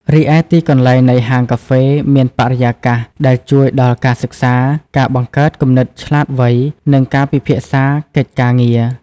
រីឯទីកន្លែងនៃហាងការហ្វេមានបរិយាកាសដែលជួយដល់ការសិក្សា ការបង្កើតគំនិតឆ្លាតវៃ និងការពិភាក្សាកិច្ចការងារ។